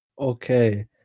Okay